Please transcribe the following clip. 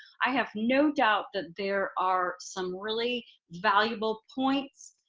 i have no doubt that there are some really valuable points,